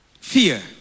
Fear